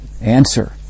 answer